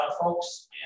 folks